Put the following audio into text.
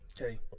okay